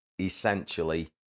essentially